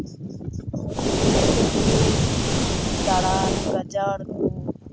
ᱥᱮ ᱵᱩᱨᱩᱨᱮ ᱫᱟᱬᱟᱱ ᱜᱟᱡᱟᱲ ᱠᱚ